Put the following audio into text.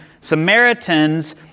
Samaritans